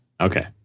Okay